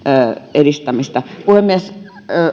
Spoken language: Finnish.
edistämiselle puhemies